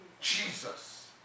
Jesus